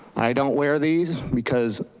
i don't wear these because